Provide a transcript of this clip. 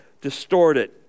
distorted